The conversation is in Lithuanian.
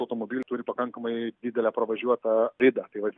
automobilių turi pakankamai didelę pravažiuotą ridą tai vat